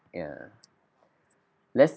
ya less